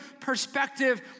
perspective